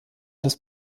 das